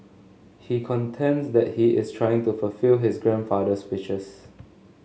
he contends that he is trying to fulfil his grandfather's wishes